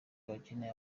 abakene